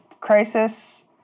Crisis